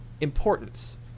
importance